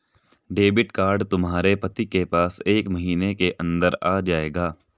debit card तुम्हारे पति के पास एक महीने के अंदर आ जाएगा